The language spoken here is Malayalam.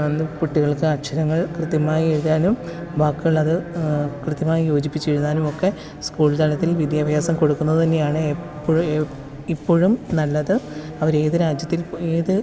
എന്ത് കുട്ടികള്ക്ക് അക്ഷരങ്ങള് കൃത്യമായി എഴുതാനും വാക്കുകള് അത് കൃത്യമായി യോജിപ്പിച്ചെഴുതാനുമൊക്കെ സ്കൂള് തലത്തില് വിദ്യാഭ്യാസം കൊടുക്കുന്നത് തന്നെയാണ് എപ്പോഴും ഇപ്പോഴും നല്ലത് അവരേത് രാജ്യത്തില് ഏത്